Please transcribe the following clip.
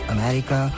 America